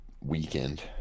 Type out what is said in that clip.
weekend